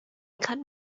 cut